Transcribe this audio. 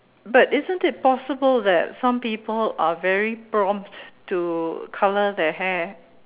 but isn't it possible that some people are very prompt to colour their hair